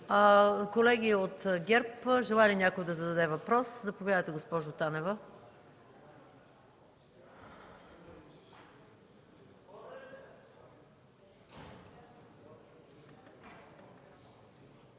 Колеги от ГЕРБ, желае ли някой да зададе въпрос? Заповядайте, госпожо Танева.